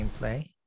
gameplay